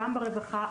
גם ברווחה,